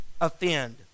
offend